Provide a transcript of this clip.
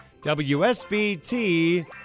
WSBT